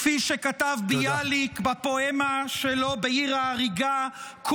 כפי שכתב ביאליק בפואמה שלו בעיר ההרגה: